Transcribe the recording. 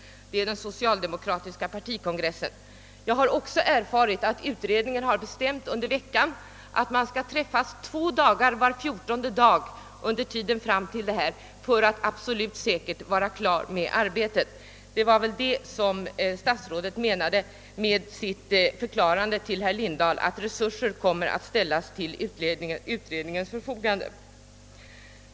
Det gäller här den socialdemokratiska partikongressen, Jag har också erfarit att utredningen under veckan har bestämt att man skall träffas två dagar var fjortonde dag i fortsättningen för att absolut säkert hinna med arbetet. Det var väl detta som statsrådet syftade på med sin förklaring till herr Lindahl att resurser kommer att ställas till utredningens förfogande.